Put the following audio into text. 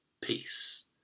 peace